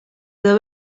edo